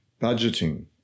budgeting